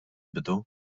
bidu